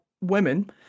women